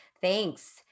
Thanks